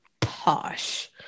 Posh